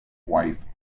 wife